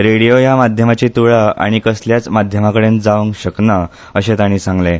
रेडियो ह्या माध्यमाची तुळा आनी कसल्याच माध्यमाकडेन जावंक शकना अशें ताणी सांगलें